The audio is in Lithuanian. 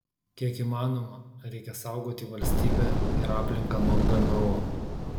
kiek įmanoma reikia saugoti valstybę ir aplinką nuo gmo